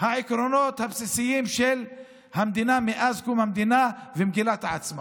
העקרונות הבסיסיים של המדינה מאז קום המדינה ומגילת העצמאות.